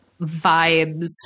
vibes